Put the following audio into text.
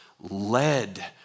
led